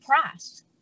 price